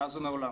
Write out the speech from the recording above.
מאז ומעולם.